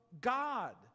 God